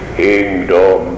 kingdom